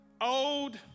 Old